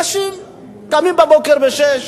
אנשים שקמים בבוקר, ב06:00,